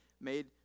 made